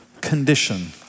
condition